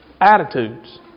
attitudes